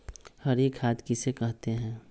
हरी खाद किसे कहते हैं?